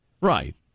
Right